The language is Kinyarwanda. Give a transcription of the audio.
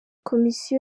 komisiyo